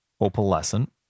Opalescent